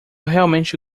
realmente